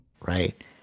right